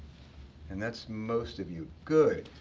and that's most of you, good.